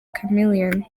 chameleone